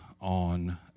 on